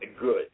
Good